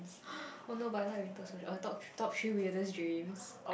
oh no but I like winter soldier oh top top three wierdest dreams